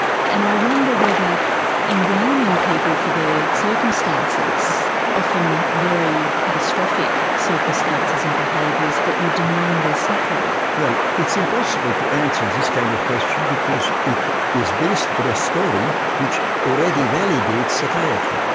and i wonder whether in blaming people for their circumstances often very catastrophic circumstances and behaviours that you're denying their suffering. well it's impossible to answer this kind of question because it is based on but a story which already validates psychiatry.